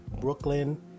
Brooklyn